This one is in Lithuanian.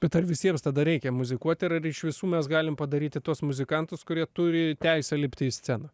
bet ar visiems tada reikia muzikuot ir ar iš visų mes galim padaryti tuos muzikantus kurie turi teisę lipti į sceną